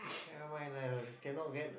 never mind ah cannot get